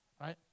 right